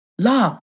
love